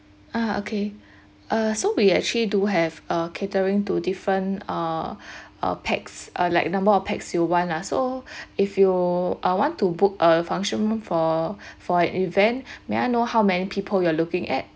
ah okay uh so we actually do have a catering to different uh uh pax uh like number of pax you want lah so if you uh want to book a function for for an event may I know how many people you are looking at